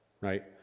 right